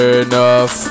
enough